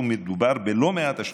ומדובר בלא מעט השלכות.